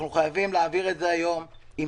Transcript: אנחנו חייבים להעביר את זה היום עם